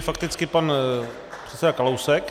Fakticky pan předseda Kalousek.